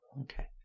Okay